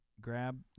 grab